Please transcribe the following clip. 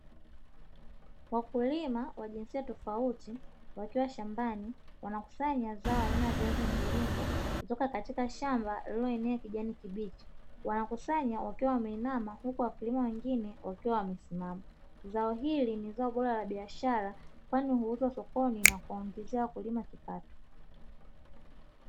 Wakulima wa jinsia tofauti wakiwa shambani wanakusanya zao aina ya viazi mviringo kutoka katika shamba lililoenea kijani kibichi, wanakusanya wakiwa wameinama huku wakulima wengine wakiwa wamesimama zao hili ni zao bora la biashara kwani huuzwa sokoni na kuwaingizia wakulima kipato.